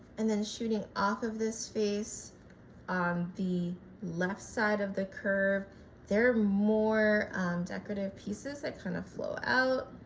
and then shooting off of this face on the left side of the curve there are more decorative pieces that kind of flow out.